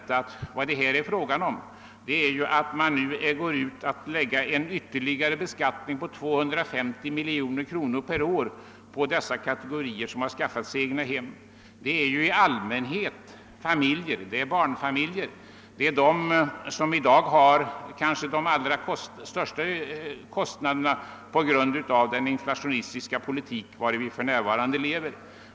Vad det här är fråga om är att man nu ämnar lägga en ytterligare beskattning på 250 miljoner kronor per år på de kategorier som har skaffat sig egnahem. Det gäller i allmänhet familjer och då främst barnfamiljer, som i dag har de största kostnaderna på grund av den inflationistiska politik som vi för närvarande upplever.